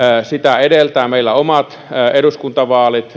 sitä edeltävät meillä omat eduskuntavaalit